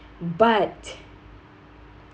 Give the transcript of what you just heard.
but